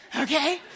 Okay